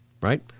right